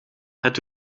het